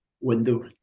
window